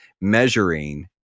measuring